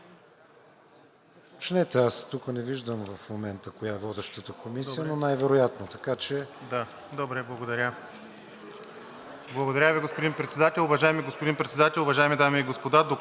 Чобанов.) Аз тук не виждам в момента коя е водещата комисия, но най-вероятно,